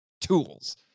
Tools